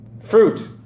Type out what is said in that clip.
Fruit